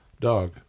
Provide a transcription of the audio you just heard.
dog